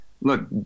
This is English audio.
Look